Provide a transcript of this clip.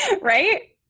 Right